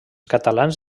catalans